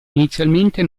inizialmente